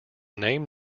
name